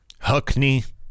Huckney